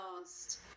last